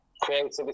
Creativity